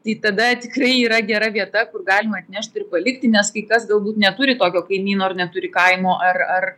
tai tada tikrai yra gera vieta kur galima atnešti ir palikti nes kai kas galbūt neturi tokio kaimyno ar neturi kaimo ar ar